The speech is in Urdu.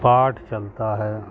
پاٹھ چلتا ہے